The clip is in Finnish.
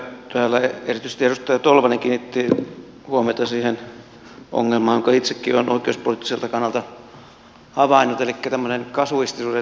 täällä erityisesti edustaja tolvanen kiinnitti huomiota siihen ongelmaan jonka itsekin olen oikeuspoliittiselta kannalta havainnut elikkä tämmöisen kasuistisuuden lisääntymiseen näissä oikeusturvatilanteissa